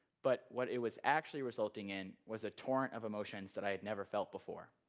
but what it was actually resulting in was a torrent of emotions that i had never felt before.